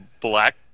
black